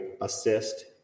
assist